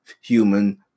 human